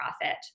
profit